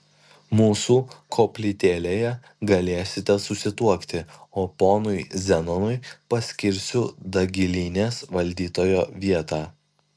mūsų koplytėlėje galėsite susituokti o ponui zenonui paskirsiu dagilynės valdytojo vietą